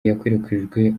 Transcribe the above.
yakwirakwijwe